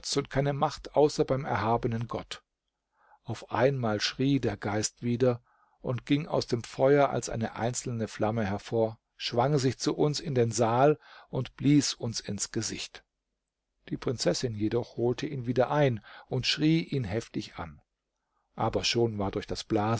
und keine macht außer beim erhabenen gott auf einmal schrie der geist wieder und ging aus dem feuer als eine einzelne flamme hervor schwang sich zu uns in den saal und blies uns ins gesicht die prinzessin jedoch holte ihn wieder ein und schrie in heftig an aber schon war durch das